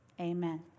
amen